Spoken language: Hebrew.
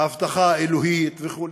ההבטחה האלוהית וכו'.